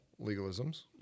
legalisms